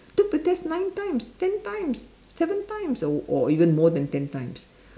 dude but that's nine times ten times seven times or or even more than ten times